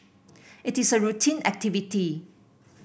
it is a routine activity